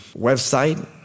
website